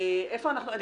מוכרחה